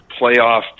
playoff